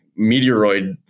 meteoroid